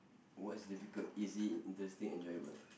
what's difficult easy interesting enjoyable